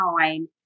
time